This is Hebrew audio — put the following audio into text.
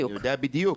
אני יודע בדיוק,